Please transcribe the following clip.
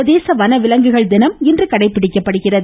சர்வதேச வனவிலங்குகள் தினம் இன்று கடைபிடிக்கப்படுகிறது